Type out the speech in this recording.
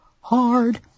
hard